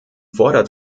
fordert